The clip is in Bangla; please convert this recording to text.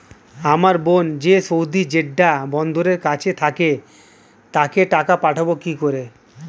আমার বোন যে সৌদির জেড্ডা বন্দরের কাছে থাকে তাকে টাকা পাঠাবো কি করে?